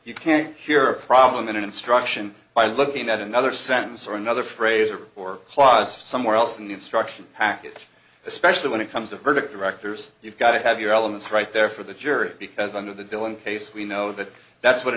you can hear a problem in an instruction by looking at another sentence or another phrase or or lost somewhere else in the instruction packet especially when it comes to verdict directors you've got to have your elements right there for the jury because under the deal in case we know that that's what